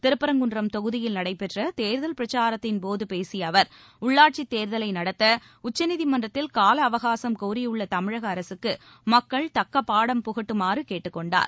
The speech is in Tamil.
திருப்பரங்குன்றம் தொகுதியில் நடைபெற்ற தேர்தல் பிரச்சாரத்திள் போது பேசிய அவர் உள்ளாட்சித் தேர்தலை நடத்த உச்சநீதிமன்றத்தில் காலஅவகாசம் கோரியுள்ள தமிழக அரசுக்கு மக்கள் தக்க பாடம் புகட்டுமாறு கேட்டுக் கொண்டார்